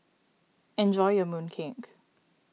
enjoy your Mooncake